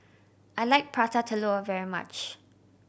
I like Prata Telur very much